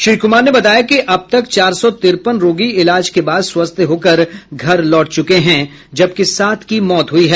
श्री कुमार ने बताया कि अब तक चार सौ तिरपन रोगी इलाज के बाद स्वस्थ होकर घर लौट चुके हैं जबकि सात की मौत हुयी है